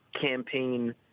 campaign